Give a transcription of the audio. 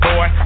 Boy